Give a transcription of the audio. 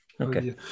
Okay